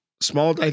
Small